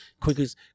quickest